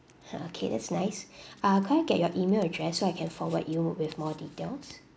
ah okay that's nice ah could I get your email address so I can forward you with more details